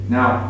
Now